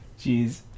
jeez